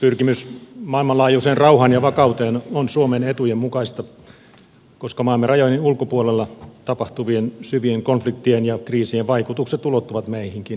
pyrkimys maailmanlaajuiseen rauhaan ja vakauteen on suomen etujen mukaista koska maamme rajojen ulkopuolella tapahtuvien syvien konfliktien ja kriisien vaikutukset ulottuvat meihinkin